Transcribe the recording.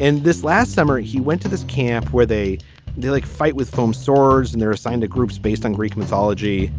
and this last summer he went to this camp where they did like fight with foam swords and they're assigned to groups based on greek mythology.